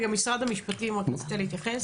משרד המשפטים, רצית להתייחס?